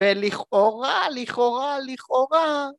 ‫ולכאורה, לכאורה, לכאורה.